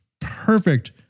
perfect